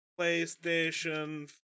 PlayStation